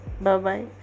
bye-bye